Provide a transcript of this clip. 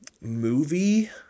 Movie